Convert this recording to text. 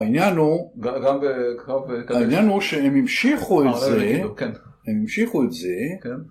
העניין הוא שהם המשיכו את זה, הם המשיכו את זה